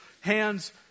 hands